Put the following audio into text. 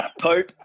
Pope